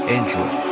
Enjoy